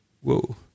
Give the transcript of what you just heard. Whoa